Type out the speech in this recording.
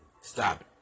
Stop